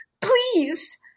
Please